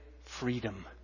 freedom